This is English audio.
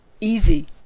easy